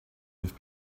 have